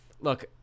look